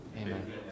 Amen